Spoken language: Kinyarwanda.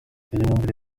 myumvire